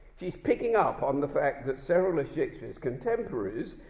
she is picking up on the fact that several of shakespeare's contemporaries,